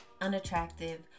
unattractive